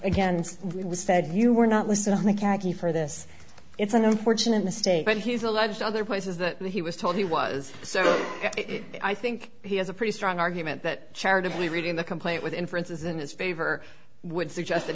again said you were not listed on the khaki for this it's an unfortunate mistake but he's alleged other places that he was told he was so i think he has a pretty strong argument that charitably reading the complaint with inferences in his favor would suggest that